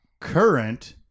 current